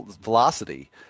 velocity